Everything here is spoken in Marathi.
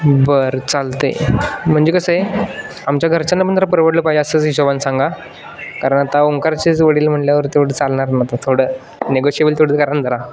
बरं चालतं आहे म्हणजे कसं आहे आमच्या घरच्यांना पण जरा परवडलं पाहिजे असंच हिशोबाने सांगा कारण आता ओंकारचे जे वडील म्हटल्यावर तेवढं चालणार ना आता थोडं निगोशिबल तेवढं करा ना जरा